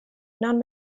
non